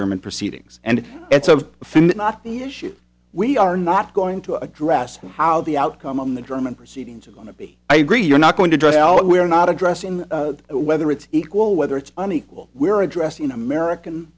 german proceedings and it's of the issue we are not going to address how the outcome on the german proceedings are going to be i agree you're not going to draw we're not addressing whether it's equal whether it's unequal we're addressing american